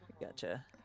Gotcha